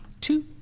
two